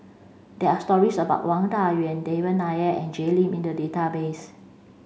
there are stories about Wang Dayuan Devan Nair and Jay Lim in the database